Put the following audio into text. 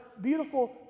beautiful